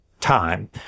time